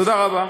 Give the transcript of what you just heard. תודה רבה.